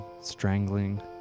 strangling